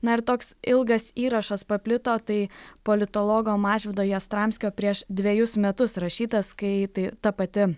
na ir toks ilgas įrašas paplito tai politologo mažvydo jastramskio prieš dvejus metus rašytas kai tai ta pati